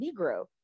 negro